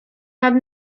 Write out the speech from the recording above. nad